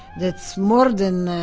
that's more than